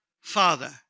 Father